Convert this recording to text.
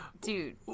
Dude